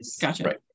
Gotcha